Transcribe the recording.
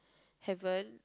heaven